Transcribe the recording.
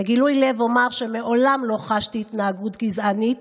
בגילוי לב אומר שמעולם לא חשתי התנהגות גזענית.